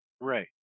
Right